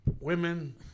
women